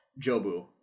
Jobu